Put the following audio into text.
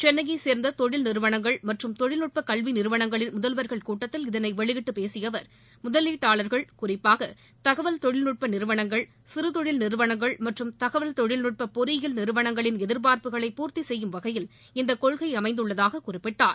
சென்னையை சேர்ந்த தொழில் நிறுவனங்கள் மற்றும் தொழில்நுட்ப கல்வி நிறுவனங்களின் முதல்வர்கள் கூட்டத்தில் இதனை வெளியிட்டு பேசிய அவர் முதலீட்டாளர்கள் குறிப்பாக தகவல் தொழில்நுட்ப நிறுவனங்கள் சிறுதொழில் நிறுவனங்கள் மற்றும் தகவல் தொழில்நுட்ப பொறியியல் நிறுவனங்களின் எதிர்பார்ப்புகளை பூர்த்தி செய்யும் வகையில் இந்த கொள்கை அமைந்துள்ளதாக குறிப்பிட்டார்